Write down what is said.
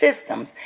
systems